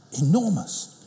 Enormous